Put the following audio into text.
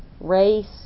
race